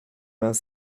vingt